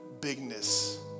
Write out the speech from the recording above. bigness